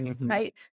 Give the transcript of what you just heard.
Right